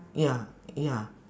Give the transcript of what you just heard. ya ya